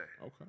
Okay